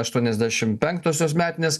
aštuoniasdešimt penktosios metinės